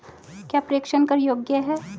क्या प्रेषण कर योग्य हैं?